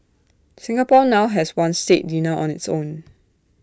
Singapore now has one state dinner on its own